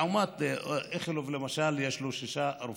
לעומת איכילוב, למשל, שיש בו שישה רופאים.